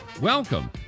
welcome